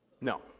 No